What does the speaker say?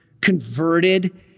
converted